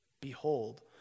Behold